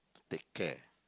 take care